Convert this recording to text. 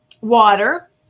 water